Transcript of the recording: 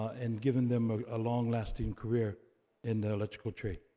and giving them a long-lasting career in the electrical trade.